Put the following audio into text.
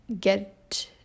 get